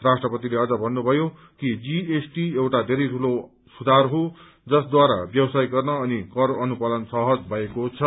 राष् भन्नुभयो कि जीएसटी एउटा धेरै ठूलो सुधार हो जसद्वारा व्यवसाय गर्न अनि कर अनुपालन सहज भएको छ